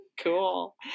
Cool